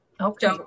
Okay